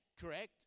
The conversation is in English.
correct